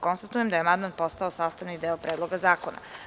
Konstatujem da je amandman postao sastavni deo Predloga zakona.